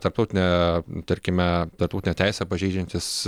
tarptautinę tarkime tarptautinę teisę pažeidžiantis